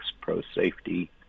pro-safety